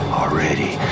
already